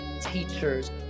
teachers